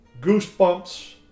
goosebumps